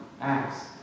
Acts